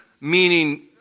meaning